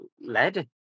Lead